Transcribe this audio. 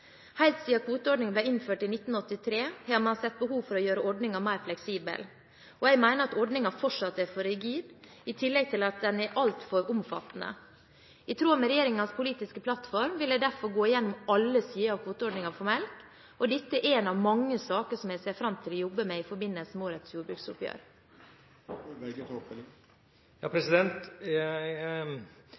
ble innført i 1983 har man sett behov for å gjøre ordningen mer fleksibel. Jeg mener at ordningen fortsatt er for rigid, i tillegg til at den er altfor omfattende. I tråd med regjeringens politiske plattform vil jeg derfor gå gjennom alle sider av kvoteordningen for melk. Dette er én av mange saker som jeg ser fram til å jobbe med i forbindelse